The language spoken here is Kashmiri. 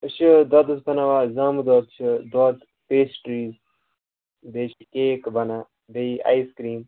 أسۍ چھِ دۄدَس بَناوان زامہٕ دۄد چھُ دۄد پیسٹِرٛی بیٚیہِ چھِ کیک بَنان بیٚیہِ آیِس کِرٛیٖم